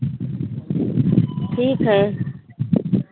ठीक है